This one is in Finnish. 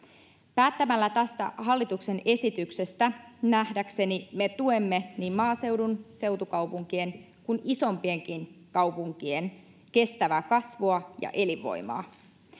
päättämällä tästä hallituksen esityksestä me nähdäkseni tuemme niin maaseudun seutukaupunkien kuin isoimpienkin kaupunkien kestävää kasvua ja elinvoimaa